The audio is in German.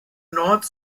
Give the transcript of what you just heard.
nord